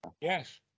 Yes